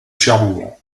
cherbourg